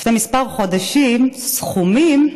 לפני כמה חודשים, סכומים,